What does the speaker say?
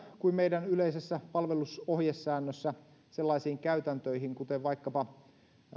kuin meidän yleisessä palvelusohjesäännössämme suhtaudutaan sellaisiin käytäntöihin kuin vaikkapa